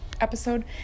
episode